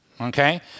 Okay